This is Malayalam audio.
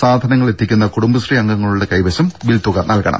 സാധനങ്ങൾ എത്തിക്കുന്ന കുടുംബശ്രീ അംഗങ്ങളുടെ കൈവശ്യം ബിൽതുക നൽകണം